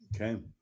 Okay